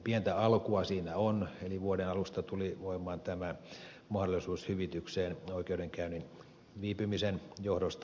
pientä alkua siinä on eli vuoden alusta tuli voimaan tämä mahdollisuus hyvitykseen oikeudenkäynnin viipymisen johdosta